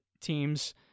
teams